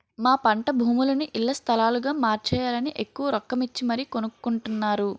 మా పంటభూములని ఇళ్ల స్థలాలుగా మార్చేయాలని ఎక్కువ రొక్కమిచ్చి మరీ కొనుక్కొంటున్నారు